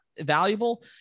valuable